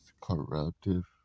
corruptive